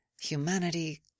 humanity